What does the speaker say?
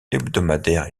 hebdomadaires